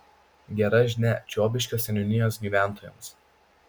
gera žinia čiobiškio seniūnijos gyventojams